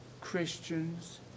Christians